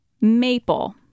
Maple